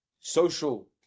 social